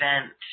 event